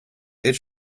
this